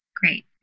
Great